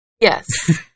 Yes